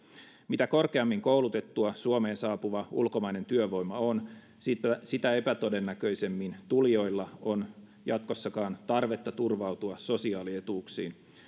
mitä korkeammin koulutettua suomeen saapuva ulkomainen työvoima on sitä sitä epätodennäköisemmin tulijoilla on jatkossakaan tarvetta turvautua sosiaalietuuksiin